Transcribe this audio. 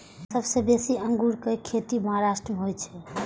सबसं बेसी अंगूरक खेती महाराष्ट्र मे होइ छै